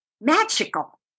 Magical